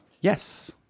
Yes